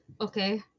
okay